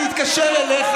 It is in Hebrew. אני אתקשר אליך,